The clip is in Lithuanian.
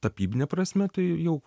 tapybine prasme tai jau